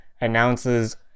announces